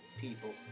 people